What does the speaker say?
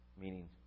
Meaning